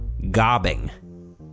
Gobbing